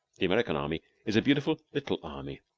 the american army is a beautiful little army.